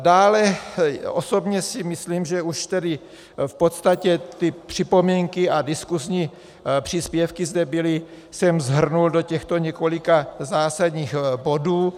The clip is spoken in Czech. Dále, osobně si myslím, že už tedy v podstatě ty připomínky a diskusní příspěvky zde byly, jsem shrnul do těchto několika zásadních bodů.